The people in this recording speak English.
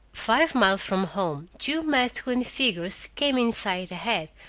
five miles from home two masculine figures came in sight ahead,